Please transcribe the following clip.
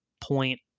point